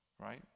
Right